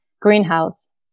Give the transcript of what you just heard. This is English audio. greenhouse